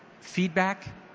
feedback